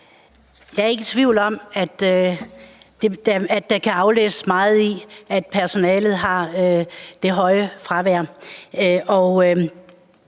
Jeg er ikke i tvivl om, at der kan aflæses meget i det, at personalet har det høje fravær.